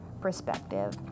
perspective